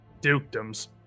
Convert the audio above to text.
dukedoms